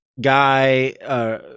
guy